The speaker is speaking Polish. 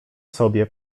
sobie